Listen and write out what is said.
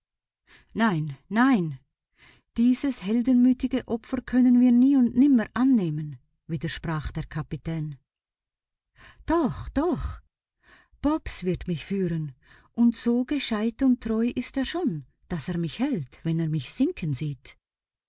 nein nein dieses heldenmütige opfer können wir nie und nimmer annehmen widersprach der kapitän doch doch bobs wird mich führen und so gescheit und treu ist er schon daß er mich hält wenn er mich sinken sieht